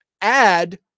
Add